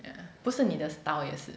不是你的 style 也是